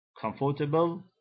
Comfortable